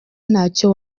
ntacyo